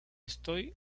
estoy